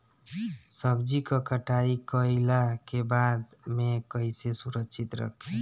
सब्जी क कटाई कईला के बाद में कईसे सुरक्षित रखीं?